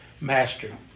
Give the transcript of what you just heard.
master